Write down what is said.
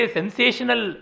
sensational